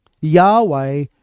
Yahweh